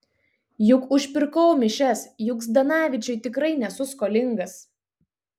juk užpirkau mišias juk zdanavičiui tikrai nesu skolingas